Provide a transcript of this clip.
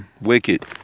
wicked